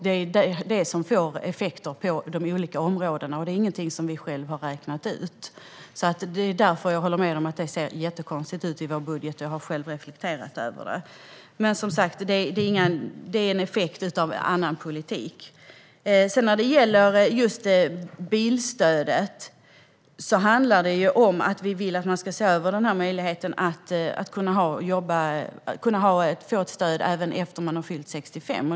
Det är det som får effekter på de olika områdena, och det är ingenting vi själva har räknat ut. Det är alltså därför, och jag håller med om att det ser jättekonstigt ut i vår budget. Jag har själv reflekterat över det. Det är dock som sagt en effekt av annan politik. När det sedan gäller just bilstödet handlar det om att vi vill att man ska se över möjligheten att få stöd även efter att man har fyllt 65.